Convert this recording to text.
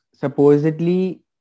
supposedly